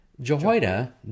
Jehoiada